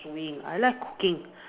doing I like cooking